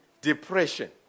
depression